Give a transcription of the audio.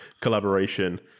Collaboration